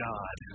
God